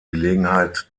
gelegenheit